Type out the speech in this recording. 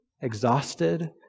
exhausted